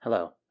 hello